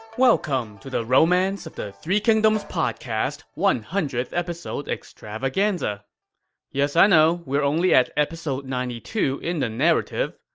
welcome to the romance of the three kingdoms podcast one hundredth episode extravaganza yes, i know, we're only at episode ninety two in the narrative,